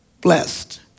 blessed